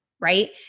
Right